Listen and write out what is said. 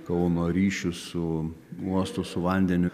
kauno ryšius su uostu su vandeniu